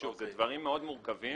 אלה דברים מורכבים מאוד.